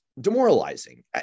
demoralizing